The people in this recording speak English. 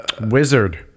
Wizard